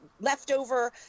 leftover